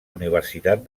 universitat